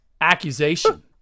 accusation